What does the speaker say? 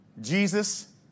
Jesus